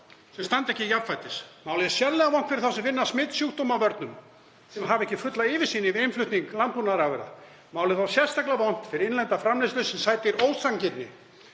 ekki standa jafnfætis. Málið er sérlega vont fyrir þá sem vinna að smitsjúkdómavörnum sem ekki hafa fulla yfirsýn yfir innflutning landbúnaðarafurða. Málið er þó sérstaklega vont fyrir innlenda framleiðslu sem sætir ósanngirni.